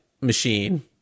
machine